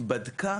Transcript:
בדקה